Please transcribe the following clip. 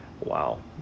wow